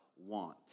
want